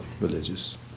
religious